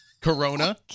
Corona